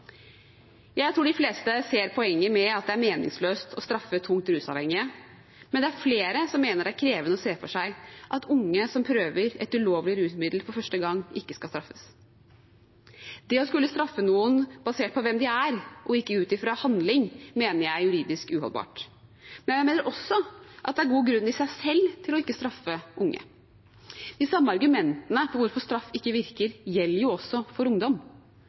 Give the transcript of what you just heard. Jeg tror de fleste ser poenget med at det er meningsløst å straffe tungt rusavhengige, men det er flere som mener at det er krevende å se for seg at unge som prøver et ulovlig rusmiddel for første gang, ikke skal straffes. Det å skulle straffe noen basert på hvem de er, og ikke ut fra handling, mener jeg er juridisk uholdbart. Jeg mener også at det er en god grunn i seg selv til ikke å straffe unge. De samme argumentene for hvorfor straff ikke virker, gjelder jo også for ungdom.